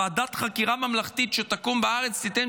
ועדת החקירה הממלכתית שתקום בארץ תיתן